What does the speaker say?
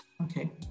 Okay